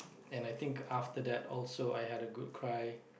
and I think after that also I had a good cry